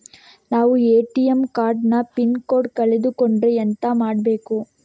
ನಾವು ATM card ನ PIN code ಕಳೆದು ಕೊಂಡ್ರೆ ಎಂತ ಮಾಡ್ಬೇಕು?